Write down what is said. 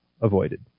avoided